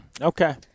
Okay